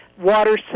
water